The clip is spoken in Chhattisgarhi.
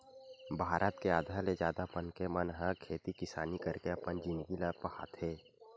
भारत के आधा ले जादा मनखे मन ह खेती किसानी करके अपन जिनगी ल पहाथे